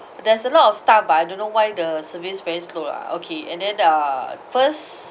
there's a lot of staff but I don't know why the service very slow lah okay and then uh first